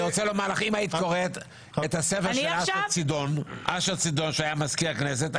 אם היית קוראת את הספר של אשר צידון שהיה מזכיר הכנסת,